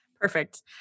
Perfect